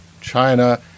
China